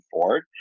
forward